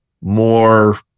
more